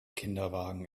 kinderwagen